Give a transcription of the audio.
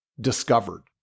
discovered